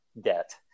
debt